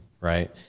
right